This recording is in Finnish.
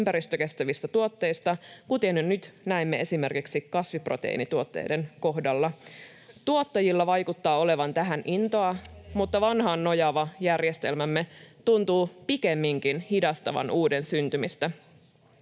ympäristökestävistä tuotteista, kuten jo nyt näemme esimerkiksi kasviproteiinituotteiden kohdalla. Tuottajilla vaikuttaa olevan tähän intoa, mutta vanhaan nojaava järjestelmämme tuntuu pikemminkin hidastavan uuden syntymistä.